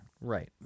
Right